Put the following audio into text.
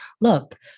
look